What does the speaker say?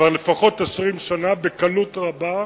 כבר לפחות 20 שנה בקלות רבה,